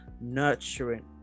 nurturing